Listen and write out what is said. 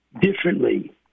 differently